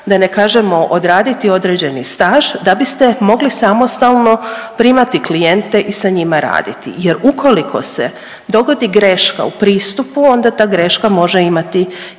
da ne kažemo određeni staž da biste mogli samostalno primati klijente i sa njima raditi jer ukoliko se dogodi greška u pristup onda ta greška može imati i neke